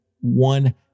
one